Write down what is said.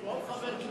יש פה עוד חבר כנסת,